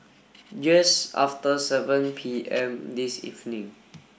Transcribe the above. just after seven P M this evening